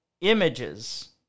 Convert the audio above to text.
images